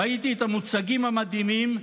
ראיתי את המוצגים המדהימים,